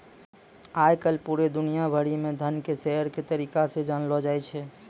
आय काल पूरे दुनिया भरि म धन के शेयर के तरीका से जानलौ जाय छै